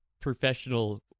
professional